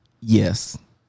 Yes